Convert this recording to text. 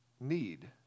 need